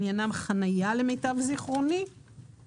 למיטב זיכרוני עניינם חניה.